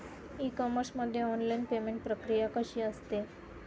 E commerce मध्ये online payment प्रक्रिया कशी असते?